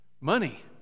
money